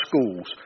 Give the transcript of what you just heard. schools